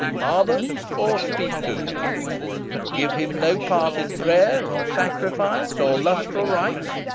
harbor or speak to him give him no part in prayer or sacrifice or lustral rites,